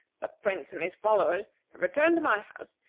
the prince and his followers have returned to my house,